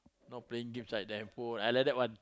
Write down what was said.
no playing games like the handphone I like that one